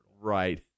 Right